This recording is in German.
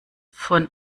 von